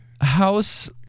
House